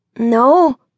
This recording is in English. No